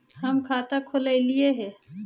हम खाता खोलैलिये हे?